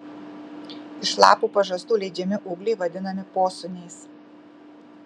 iš lapų pažastų leidžiami ūgliai vadinami posūniais